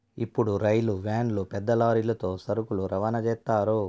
ఇప్పుడు రైలు వ్యాన్లు పెద్ద లారీలతో సరుకులు రవాణా చేత్తారు